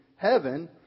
heaven